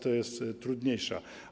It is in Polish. To jest trudniejsze.